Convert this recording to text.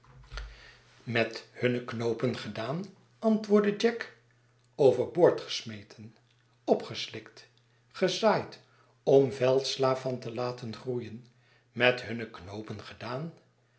met hunne knoopen gedaan antwoordde jack over boord gesmeten opgeslikt gezaaid om veldsla van te laten groeien met hunne knoopen gedaan